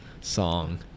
song